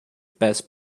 best